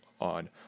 on